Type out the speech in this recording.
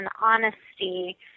honesty